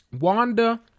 Wanda